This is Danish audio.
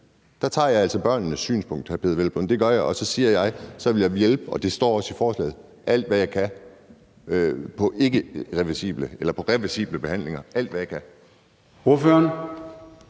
Der tager jeg altså børnenes synspunkt, hr. Peder Hvelplund, og så siger jeg, at så vil jeg hjælpe – det står også i forslaget – alt, hvad jeg kan på reversible behandlinger; alt, hvad jeg kan.